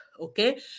okay